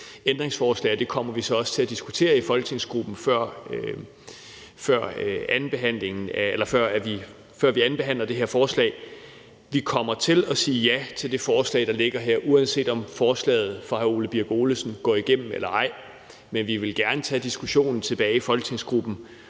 ændringsforslag, og det kommer vi så også til at diskutere i folketingsgruppen, før vi andenbehandler det her lovforslag. Vi kommer til at sige ja til det lovforslag, der ligger her, uanset om ændringsforslaget fra hr. Ole Birk Olesen går igennem eller ej, men vi vil gerne tage diskussionen tilbage i folketingsgruppen